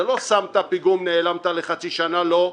זה לא שמת פיגום, נעלמת לחצי שנה לא,